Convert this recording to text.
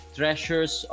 treasures